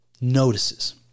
notices